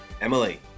Emily